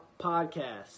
Podcast